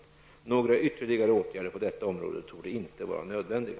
Några ytterligare åtgärder på detta område torde inte vara nödvändiga.